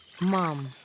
Mom